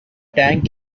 tank